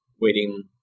waiting